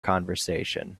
conversation